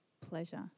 pleasure